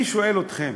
אני שואל אתכם: